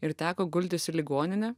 ir teko gultis į ligoninę